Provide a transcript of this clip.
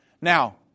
Now